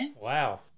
Wow